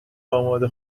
آماده